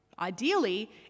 Ideally